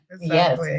yes